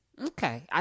Okay